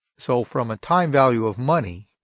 so from a time value of money,